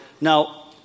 Now